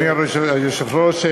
אדוני היושב-ראש,